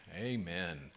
Amen